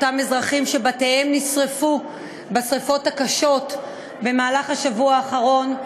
אותם אזרחים שבתיהם נשרפו בשרפות הקשות במהלך השבוע האחרון.